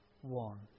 one